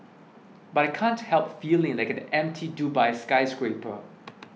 but I can't help feeling like an empty Dubai skyscraper